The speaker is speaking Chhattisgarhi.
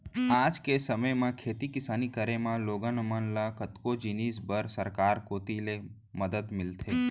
आज के समे म खेती किसानी करे म लोगन मन ल कतको जिनिस बर सरकार कोती ले मदद मिलथे